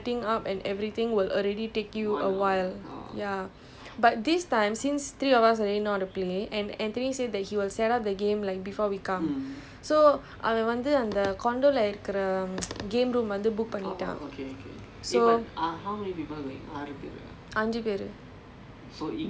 but also because that's when we like first started exploring the game and everything so just setting up and everything will already take you a while yeah but this time since three of us already know how to play and anthony said that he will set up the game like before we come so அவன் வந்து அந்த:avan vanthu antha condo இல்ல இருக்கிற:illa irukkira game room வந்து:vanthu book பண்ணிட்டான்:pannittan